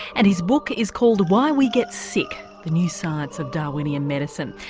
and his book is called why we get sick the new science of darwinian medicine.